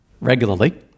regularly